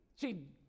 See